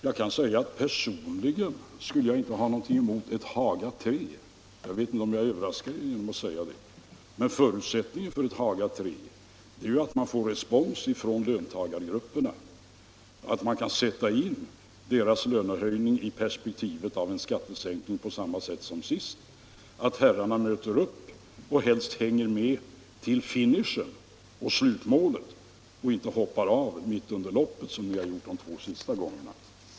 Jag kan säga att personligen skulle jag inte ha någonting emot ett ”Haga III”. Jag vet inte om jag överraskar er genom att säga detta. Men förutsättningen för ett Haga III är att man får respons från löntagargrupperna, att man kan sätta in deras lönehöjning i perspektivet av en skattesänkning på samma sätt som sist, att herrarna möter upp och helst hänger med till finishen, till slutmålet, och inte hoppar av mitt under loppet som ni har gjort de två sista gångerna.